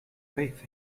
faith